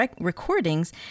recordings